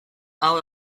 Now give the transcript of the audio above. hau